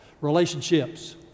relationships